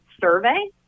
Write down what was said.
survey